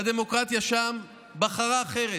והדמוקרטיה שם בחרה אחרת.